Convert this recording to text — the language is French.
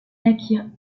naquirent